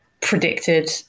predicted